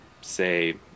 say